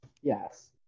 Yes